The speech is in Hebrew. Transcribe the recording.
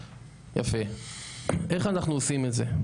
איך אנחנו עושים את זה?